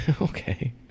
Okay